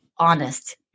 honest